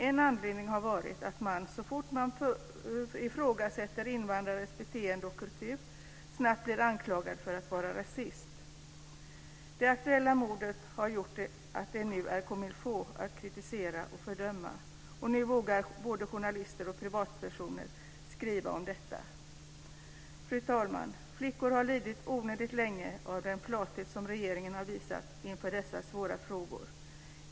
En anledning har varit att man så fort man ifrågasätter invandrares beteende och kultur snabbt blir anklagad för att vara rasist. Det aktuella mordet har gjort att det nu är comme-il-faut att kritisera och fördöma. Nu vågar både journalister och privatpersoner skriva om detta. Fru talman! Flickor har lidit onödigt länge av den flathet som regeringen har visat inför dessa svåra frågor.